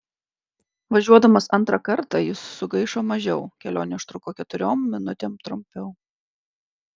važiuodamas antrą kartą jis sugaišo mažiau kelionė užtruko keturiom minutėm trumpiau